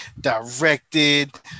directed